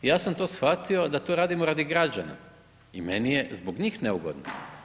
Ja sam to shvatio da to radimo radi građana i meni je zbog njih neugodno.